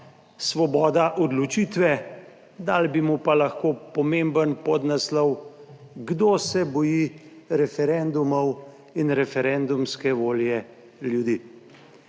Svoboda odločitve, dali bi mu pa lahko pomemben podnaslov "Kdo se boji referendumov in referendumske volje ljudi?"